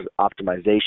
optimization